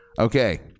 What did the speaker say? Okay